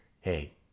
hey